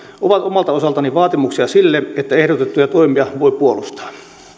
ovat omalta osaltani vaatimuksia sille että ehdotettuja toimia voi puolustaa